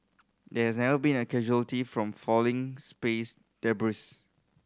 there never been a casualty from falling space debris